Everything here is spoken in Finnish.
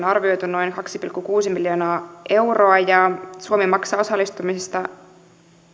arvioitu noin kaksi pilkku kuusi miljoonaa euroa ja suomi maksaa osallistumisesta